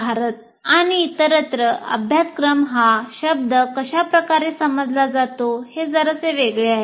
भारत आणि इतरत्र "अभ्यासक्रम" हा शब्द कशा प्रकारे समजला जातो हे जरासे वेगळे आहे